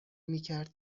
میکرد